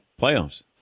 playoffs